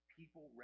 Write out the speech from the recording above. people